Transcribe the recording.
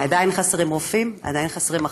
עדיין חסרים רופאים, עדיין חסרות אחיות,